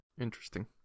Interesting